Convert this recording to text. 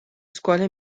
scuole